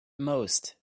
most